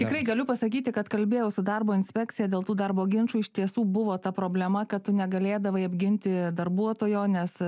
tikrai galiu pasakyti kad kalbėjau su darbo inspekcija dėl tų darbo ginčų iš tiesų buvo ta problema kad tu negalėdavai apginti darbuotojo nes